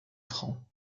francs